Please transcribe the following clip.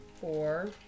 four